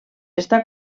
està